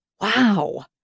Wow